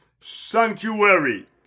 sanctuary